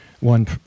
one